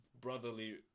brotherly